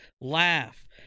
laugh